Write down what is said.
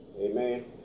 Amen